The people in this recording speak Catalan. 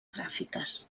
gràfiques